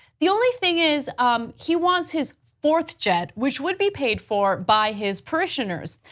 the only thing is um he wants his fourth jet which would be paid for by his parishioners.